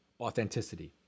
authenticity